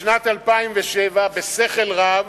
בשנת 2007 הורה, בשכל רב,